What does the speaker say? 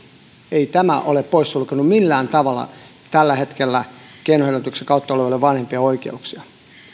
ei se ole tällä hetkellä poissulkenut millään tavalla keinohedelmöityksen kautta tulevien vanhempien oikeuksia